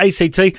ACT